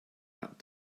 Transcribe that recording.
that